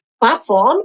platform